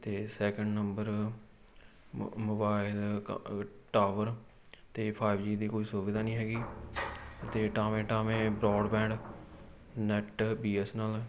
ਅਤੇ second number mobile tower ਅਤੇ five G ਦੀ ਕੋਈ ਸੁਵਿਧਾ ਨਹੀਂ ਹੈਗੀ ਅਤੇ ਟਾਵੇਂ ਟਾਵੇਂ broadband net B S N L ਨਾਲ